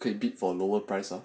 可以 bid for lower prices